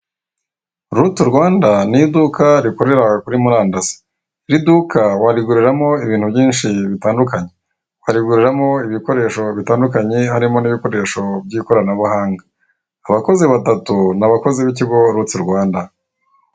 Ruti Rwanda ni iduka rikorera kuri murandasi iri duka wariguriramo ibintu byinshi bitandukanye, wariguriramo ibikoresho bitandukanye harimo n'ibikoresho by'ikoranabuhanga abakozi batatu ni abakozi b'ikigo Rutsi rwanda.